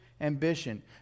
ambition